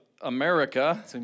America